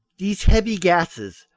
these heavy gases,